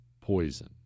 Poison